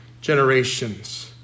generations